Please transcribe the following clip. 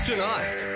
Tonight